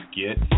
get